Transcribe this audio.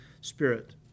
Spirit